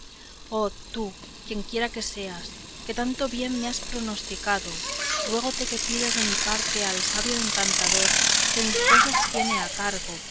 oh tú quienquiera que seas que tanto bien me has pronosticado ruégote que pidas de mi parte al sabio encantador que mis cosas tiene a cargo